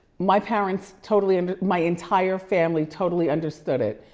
my parents totally, and my entire family totally understood it.